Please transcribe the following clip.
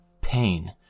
pain